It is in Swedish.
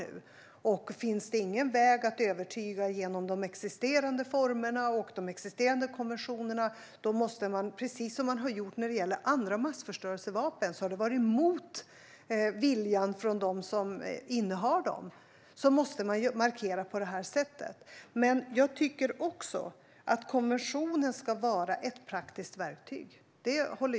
Om det inte finns någon väg att övertyga genom de existerande formerna och konventionerna måste man markera på detta sätt, precis som man har gjort mot de länder som innehar andra massförstörelsevapen. Jag tycker också att konventionen ska vara ett praktiskt verktyg.